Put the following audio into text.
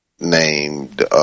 named